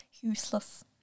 Useless